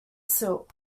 silt